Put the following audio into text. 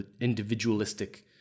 individualistic